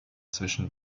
zwischen